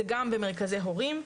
זה גם במרכזי הורים,